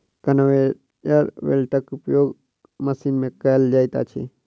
conveyor बेल्टक उपयोग machine मे कयल जाइत अछि